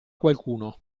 qualcuno